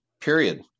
Period